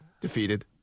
defeated